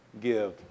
give